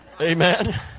Amen